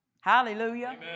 Hallelujah